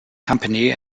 company